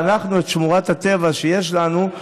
שמורת הטבע שיש לנו,